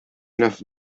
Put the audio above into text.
enough